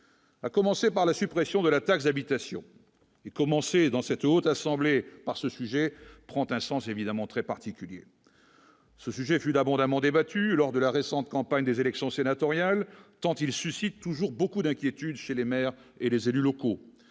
à commencer par la suppression de la taxe d'habitation et commencé dans cette haute assemblée par ce sujet prend un sens évidemment très particulier ce sujet fluide abondamment débattue lors de la récente campagne des élections sénatoriales, tant il suscite toujours beaucoup d'inquiétudes chez les maires et les élus locaux,